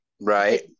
right